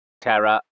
Terra